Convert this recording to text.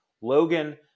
Logan